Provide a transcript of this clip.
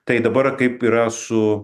tai dabar kaip yra su